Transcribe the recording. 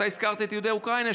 אתה הזכרת את יהודי אוקראינה,